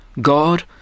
God